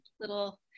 little